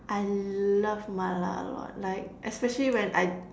I love Mala a lot like especially when I